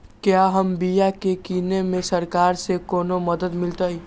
क्या हम बिया की किने में सरकार से कोनो मदद मिलतई?